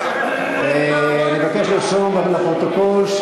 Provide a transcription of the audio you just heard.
13. אני קובע כי הצעת החוק לקידום הבנייה במתחמים מועדפים לדיור עברה,